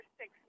six